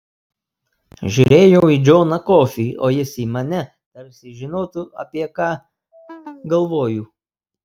žiūrėjau į džoną kofį o jis į mane tarsi žinotų apie ką galvoju